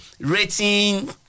rating